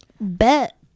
Bet